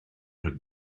rhag